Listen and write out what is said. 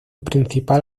principal